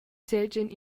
seigien